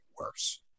worse